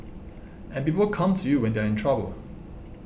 and people come to you when they are in trouble